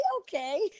okay